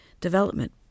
development